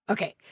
Okay